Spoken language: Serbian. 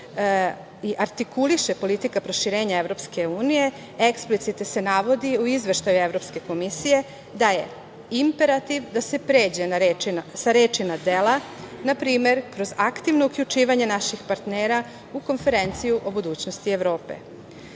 i artikuliše politika proširenja EU, eksplicitno se navodi u Izveštaju Evropske komisije da je imperativ da se pređe sa reči na dela, na primer, kroz aktivno uključivanje naših partnera u Konferenciju o budućnosti